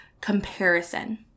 comparison